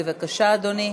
בבקשה, אדוני.